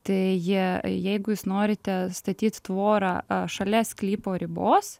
tai jie jeigu jūs norite statyt tvorą šalia sklypo ribos